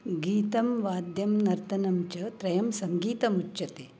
गीतं वाद्यं नर्तनं च त्रयं सङ्गीतमुच्यते